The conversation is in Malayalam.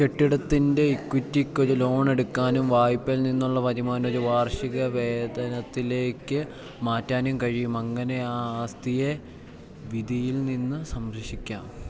കെട്ടിടത്തിൻ്റെ ഇക്വിറ്റിക്കൊരു ലോണെടുക്കാനും വായ്പയിൽ നിന്നുള്ള വരുമാനം ഒരു വാർഷിക വേതനത്തിലേക്ക് മാറ്റാനും കഴിയും അങ്ങനെ ആ ആസ്തിയെ വിധിയിൽനിന്ന് സംരക്ഷിക്കാം